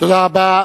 תודה רבה.